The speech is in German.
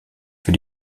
für